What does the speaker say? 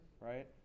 right